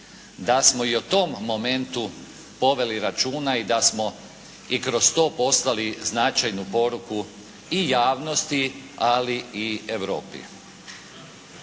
da smo i u tom momentu poveli računa i da smo i kroz to poslali značajnu poruku i javnosti, ali i Europi.